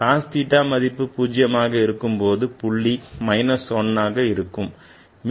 cos theta மதிப்பு 0ஆக இருக்கும்போது புள்ளி minus 1 ஆக இருக்கும்